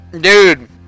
dude